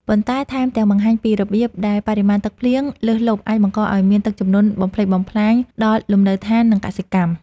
ប៉ុន្តែថែមទាំងបង្ហាញពីរបៀបដែលបរិមាណទឹកភ្លៀងលើសលប់អាចបង្កឱ្យមានទឹកជំនន់បំផ្លិចបំផ្លាញដល់លំនៅដ្ឋាន និងកសិកម្ម។